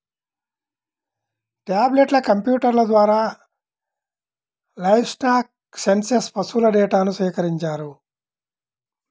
tablet కంప్యూటర్ల ద్వారా livestock census పశువుల డేటాను సేకరించారు